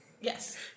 yes